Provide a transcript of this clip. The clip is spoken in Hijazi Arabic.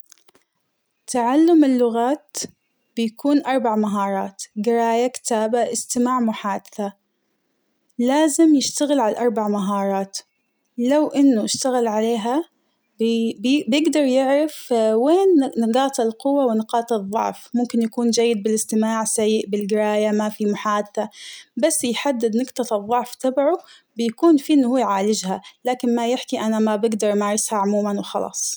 تعلم اللغات بيكون أربع مهارات قراية كتابة إستماع محادثة ،لازم يشتغل عالأربع مهارات ، لو أنه اشتغل عليها بي بيقدر يعرف وين نقاط القوة ونقاط الضعف ، ممكن يكون جيد بالاستماع سيء بالقراية ما فى محادثة ،بس يحدد نقطة الضعف تبعه بيكون فيه انهو يعالجها، لكن ما يحكي أنا ما بقدر امارسها عموماً وخلاص.